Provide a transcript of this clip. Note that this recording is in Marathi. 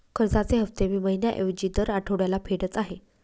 कर्जाचे हफ्ते मी महिन्या ऐवजी दर आठवड्याला फेडत आहे